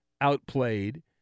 outplayed